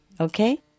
okay